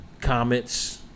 comments